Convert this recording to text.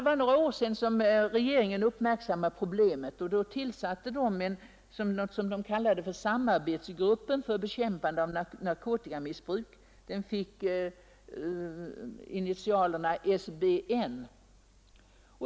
För några år sedan uppmärksammade regeringen problemet och tillsatte något som kallades samarbetsgruppen för bekämpande av narkotikamissbruk, SBN.